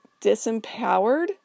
disempowered